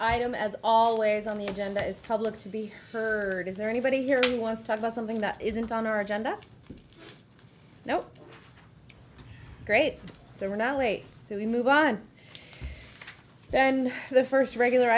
item as always on the agenda is public to be heard is there anybody here who want to talk about something that isn't on our agenda now great so we're not late so we move on then the first regular